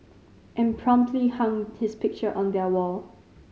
and promptly hung his picture on their wall